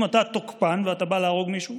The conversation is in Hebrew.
אם אתה תוקפן ואתה בא להרוג מישהו,